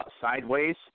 sideways